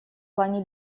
плане